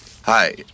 Hi